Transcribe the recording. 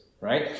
right